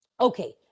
Okay